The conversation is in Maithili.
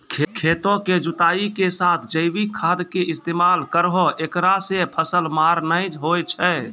खेतों के जुताई के साथ जैविक खाद के इस्तेमाल करहो ऐकरा से फसल मार नैय होय छै?